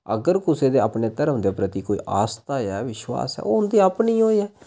अगर कुसै दा अपने धर्म दे प्रति कोई आस्था ऐ विश्वास ऐ ओह् उं'दी अपनी होनी ऐ